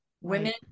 women